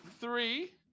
three